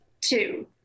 Two